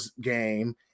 game